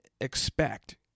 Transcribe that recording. expect